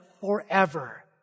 forever